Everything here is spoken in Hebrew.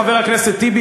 חבר הכנסת טיבי,